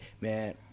man